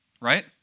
right